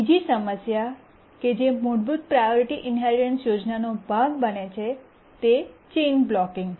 બીજી સમસ્યા કે જે મૂળભૂત પ્રાયોરિટી ઇન્હેરિટન્સ યોજનાનો ભોગ બને છે તે ચેઇન બ્લૉકિંગ છે